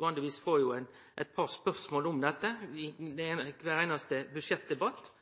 Vanlegvis får eg eit par spørsmål om dette i kvar einaste budsjettdebatt. Det